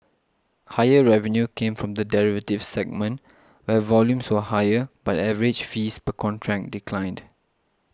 higher revenue came from the derivatives segment where volumes were higher but average fees per contract declined